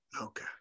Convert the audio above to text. Okay